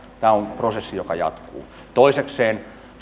tämä on prosessi joka jatkuu toisekseen